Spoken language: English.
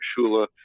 Shula